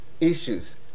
issues